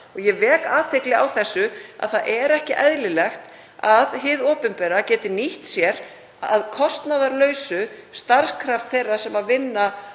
Ég vek athygli á því að það er ekki eðlilegt að hið opinbera geti nýtt sér að kostnaðarlausu starfskraft þeirra sem vinna